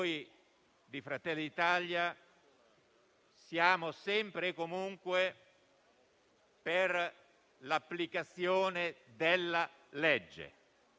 Noi di Fratelli d'Italia, infatti, siamo sempre e comunque per l'applicazione della legge: